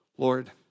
Lord